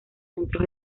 centros